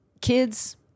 Kids